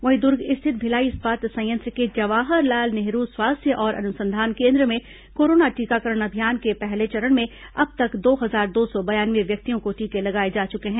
वहीं दुर्ग स्थित भिलाई इस्पात संयंत्र के जवाहरलाल नेहरू स्वास्थ्य और अनुसंधान केन्द्र में कोरोना टीकाकरण अभियान के पहले चरण में अब तक दो हजार दो सौ बयानवे व्यक्तियों को टीके लगाए जा चुके हैं